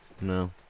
No